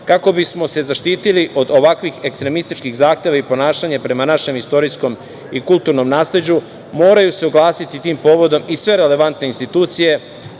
KiM.Kako bismo se zaštitili od ovakvih ekstremističkih zahteva i ponašanja prema našem istorijskom i kulturnom nasleđu, moraju se oglasiti tim povodom i sve relevantne institucije